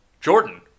jordan